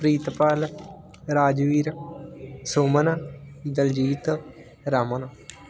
Preetpal Rajveer Suman Daljeet Raman